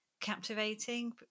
captivating